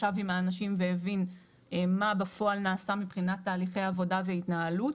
ישב עם האנשים והבין מה בפועל נעשה מבחינת תהליכי עבודה והתנהלות.